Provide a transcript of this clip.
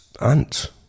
aunt